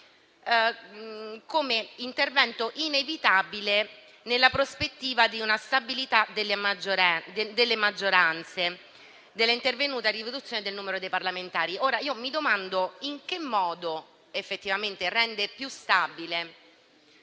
come un intervento inevitabile nella prospettiva di una stabilità delle maggioranze, data l'intervenuta riduzione del numero dei parlamentari. Ora mi domando in che modo effettivamente renda più stabile